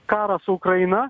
karą su ukraina